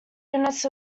units